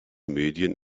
medien